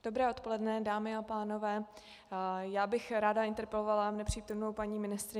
Dobré odpoledne, dámy a pánové, já bych ráda interpelovala nepřítomnou paní ministryni.